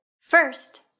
First